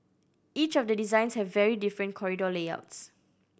each of the designs have very different corridor layouts